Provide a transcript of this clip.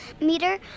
meter